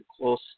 close